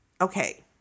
okay